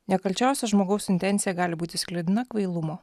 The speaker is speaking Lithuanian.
nekalčiausia žmogaus intencija gali būti sklidina kvailumo